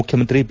ಮುಖ್ಯಮಂತ್ರಿ ಬಿ